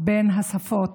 בין השפות,